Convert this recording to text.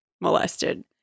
molested